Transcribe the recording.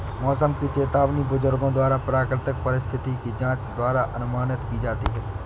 मौसम की चेतावनी बुजुर्गों द्वारा प्राकृतिक परिस्थिति की जांच द्वारा अनुमानित की जाती थी